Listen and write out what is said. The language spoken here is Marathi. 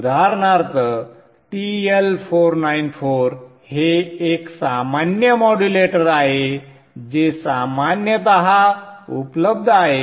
उदाहरणार्थ TL494 हे एक सामान्य मॉड्युलेटर आहे जे सामान्यतः उपलब्ध आहे